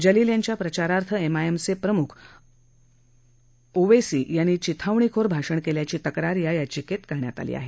जलील यांच्या प्रचारार्थ M I M चे प्रमुख असदददीन ओवेसी यांनी चिथावणीखोर भाषण केल्याची तक्रार या याचिकेत करीम यांनी केली आहे